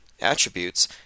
attributes